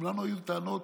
גם לנו היו טענות